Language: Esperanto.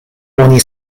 oni